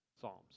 Psalms